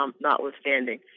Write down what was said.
notwithstanding